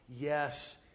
Yes